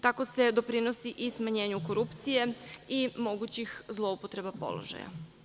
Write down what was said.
Tako se doprinosi i smanjenju korupcije i mogućih zloupotreba položaja.